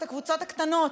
את הקבוצות הקטנות?